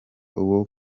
uwo